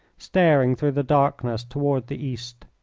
staring through the darkness toward the east.